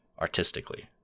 artistically